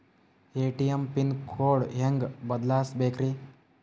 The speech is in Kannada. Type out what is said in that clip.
ಎ.ಟಿ.ಎಂ ಪಿನ್ ಕೋಡ್ ಹೆಂಗ್ ಬದಲ್ಸ್ಬೇಕ್ರಿ?